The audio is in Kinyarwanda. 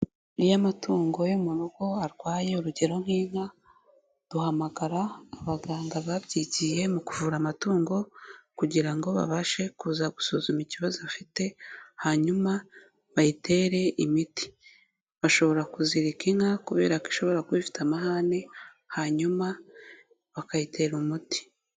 Iyo amatungo yo mu rugo arwaye urugero nk'inka duhamagara abaganga babyigiye mu kuvura amatungo kugira ngo babashe kuza gusuzuma ikibazo afite hanyuma bayitere imiti, bashobora kuzirika inka kubera ko ishobora kuba ifite amahane hanyuma bakayitera umuti.